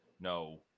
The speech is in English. No